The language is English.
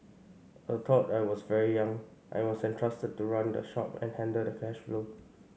although I was very young I was entrusted to run the shop and handle the cash flow